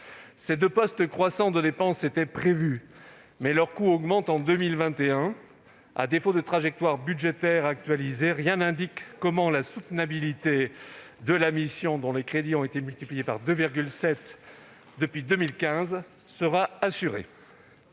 ces deux postes de dépenses était prévue, mais à défaut de trajectoire budgétaire actualisée, rien n'indique comment la soutenabilité de la mission, dont les crédits ont été multipliés par 2,7 depuis 2015, sera assurée.